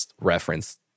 reference